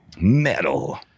Metal